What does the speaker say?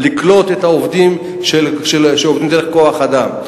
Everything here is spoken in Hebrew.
לקלוט את העובדים שעובדים דרך חברות כוח-אדם,